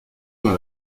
dans